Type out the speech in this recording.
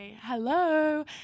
Hello